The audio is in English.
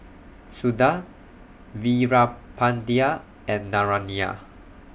Suda Veerapandiya and Naraina